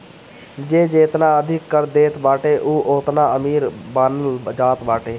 जे जेतना अधिका कर देत बाटे उ ओतने अमीर मानल जात बाटे